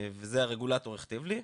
וזה הרגולטור הכתיב לי,